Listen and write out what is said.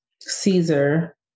Caesar